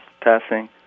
passing